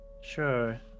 Sure